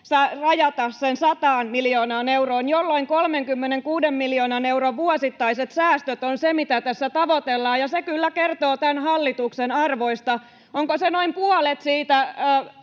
rajata sen 100 miljoonaan euroon, jolloin 36 miljoonan euron vuosittaiset säästöt on se, mitä tässä tavoitellaan — ja se kyllä kertoo tämän hallituksen arvoista. Onko se 36 miljoonaa noin puolet siitä,